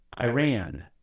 Iran